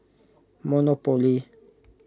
monopoly